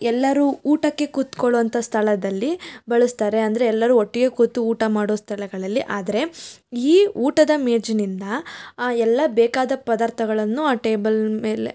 ಎಲ್ಲರೂ ಊಟಕ್ಕೆ ಕೂತ್ಕೊಳ್ಳೋಂಥ ಸ್ಥಳದಲ್ಲಿ ಬಳಸ್ತಾರೆ ಅಂದರೆ ಎಲ್ಲರೂ ಒಟ್ಟಿಗೆ ಕೂತು ಊಟ ಮಾಡೋ ಸ್ಥಳಗಳಲ್ಲಿ ಆದರೆ ಈ ಊಟದ ಮೇಜಿನಿಂದ ಎಲ್ಲ ಬೇಕಾದ ಪದಾರ್ಥಗಳನ್ನೂ ಆ ಟೇಬಲ್ ಮೇಲೆ